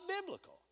biblical